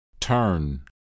Turn